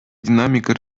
динамика